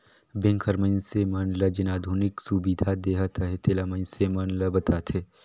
bank हर मइनसे मन ल जेन आधुनिक सुबिधा देहत अहे तेला मइनसे मन ल बताथे